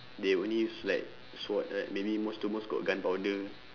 they only use like sword right maybe most to most got gunpowder